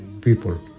people